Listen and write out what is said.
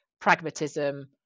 pragmatism